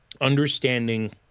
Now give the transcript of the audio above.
understanding